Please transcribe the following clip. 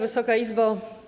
Wysoka Izbo!